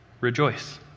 rejoice